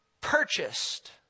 purchased